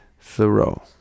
Thoreau